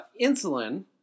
insulin